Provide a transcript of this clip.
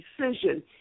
decision